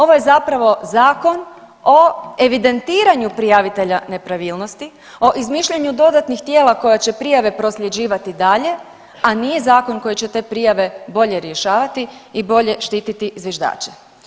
Ovo je zapravo zakon o evidentiranju prijavitelja nepravilnosti, o izmišljanju dodatnih tijela koja će prijave prosljeđivati dalje, a nije zakon koji će te prijave bolje rješavati i bolje štititi zviždače.